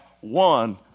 one